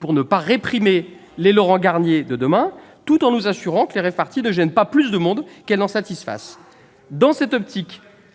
pour ne pas réprimer les Laurent Garnier de demain, tout en nous assurant que les rave-parties ne gênent pas plus de monde qu'elles n'en satisfont.